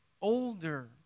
older